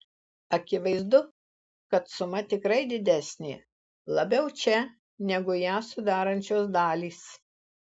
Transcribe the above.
akivaizdu kad suma tikrai didesnė labiau čia negu ją sudarančios dalys